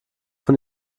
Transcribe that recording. von